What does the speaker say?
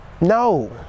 No